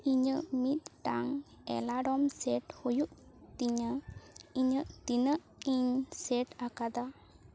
ᱤᱧᱟᱹᱜ ᱢᱤᱫᱴᱟᱝ alarm set ᱦᱩᱭᱩᱜ ᱛᱤᱧᱟᱹ ᱤᱧᱟᱹᱜ ᱛᱤᱱᱟᱹᱜ ᱤᱧ ᱥᱮᱴ ᱟᱠᱟᱫᱟ